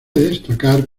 destacar